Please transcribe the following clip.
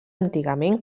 antigament